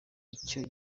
icyo